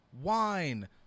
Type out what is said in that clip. wine